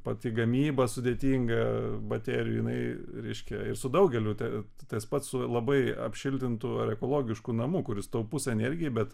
pati gamyba sudėtinga baterijų jinai reiškia ir su daugeliu ten tas pats su labai apšiltintu ar ekologišku namu kuris taupus energijai bet